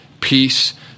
peace